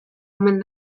omen